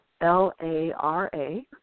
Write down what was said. L-A-R-A